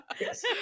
yes